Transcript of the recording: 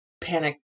panic